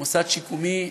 במוסד שיקומי,